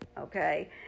okay